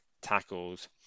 tackles